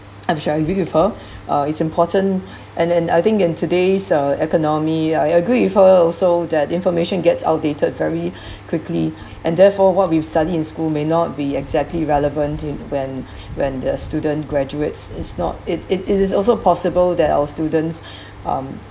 which I agree with her uh it's important and and I think in today's uh economy I agree with her also that information gets outdated very quickly and therefore what we've studied in school may not be exactly relevant in when when the student graduates is not it it is also possible that our students uh